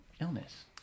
illness